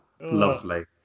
Lovely